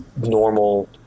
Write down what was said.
normal